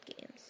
games